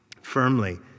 firmly